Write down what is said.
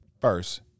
First